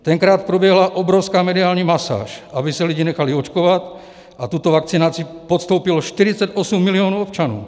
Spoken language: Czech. Tenkrát proběhla obrovská mediální masáž, aby se lidi nechali očkovat, a tuto vakcinaci podstoupilo 48 milionů občanů.